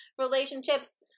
relationships